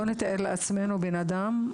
בואו נתאר לעצמנו בן אדם,